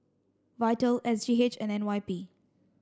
VITAL S G H and N Y P